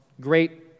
great